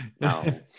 No